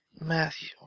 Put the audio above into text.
Matthew